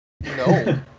No